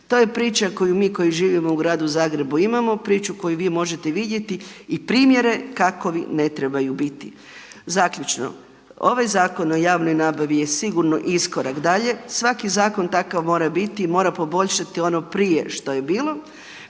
To je priča koju mi koji živimo u gradu Zagrebu imamo, priču koju vi možete vidjeti i primjere kakovi ne trebaju biti. Zaključno. Ovaj Zakon o javnoj nabavi je sigurno iskorak dalje. Svaki zakon takav mora biti i mora poboljšati ono prije što je bilo.